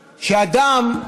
שאדם,